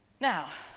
now,